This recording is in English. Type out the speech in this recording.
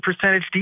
percentage